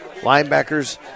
linebackers